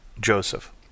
Joseph